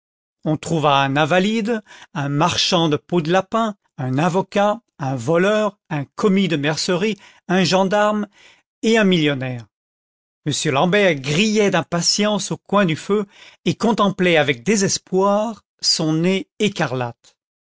on trouva un invalide un marchand de peaux de lapin un avocat un voleur un commis de mercerie un gendarme et un millionnaire m l'ambert grillait d'impatience au coin du feu et contemplait avec désespoir son nez écarlate